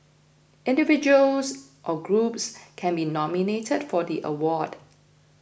individuals or groups can be nominated for the award